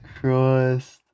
Christ